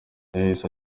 yahise